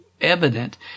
evident